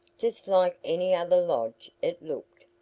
just like any other lodge it looked,